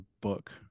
book